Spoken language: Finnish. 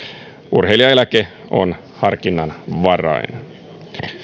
urheilijaeläke on harkinnanvarainen